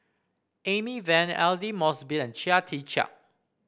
Amy Van Aidli Mosbit and Chia Tee Chiak